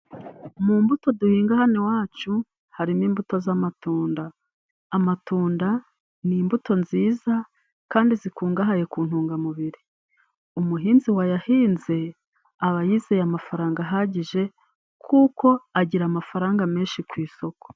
Mu mbuto duhinga hano iwacu harimo imbuto z'amatunda ,amatunda n'imbuto nziza kandi zikungahaye ku ntungamubiri, umuhinzi wayahinze aba yizeye amafaranga ahagije kuko agira amafaranga menshi ku isoko.